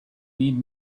need